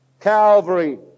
Calvary